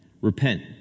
repent